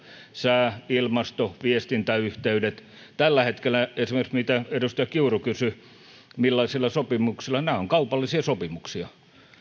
sää ilmasto viestintäyhteydet esimerkiksi edustaja kiuru kysyi millaisia sopimuksia meillä tällä hetkellä on ne ovat kaupallisia sopimuksia